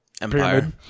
Empire